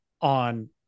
on